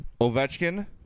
Ovechkin